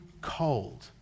cold